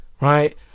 Right